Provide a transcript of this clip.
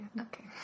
Okay